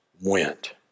went